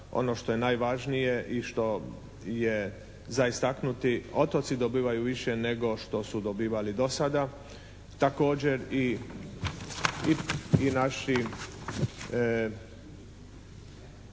ono što je najvažnije i što je za istaknuti otoci dobivaju više nego što su dobivali do sada. Također i naši